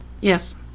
Yes